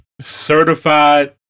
Certified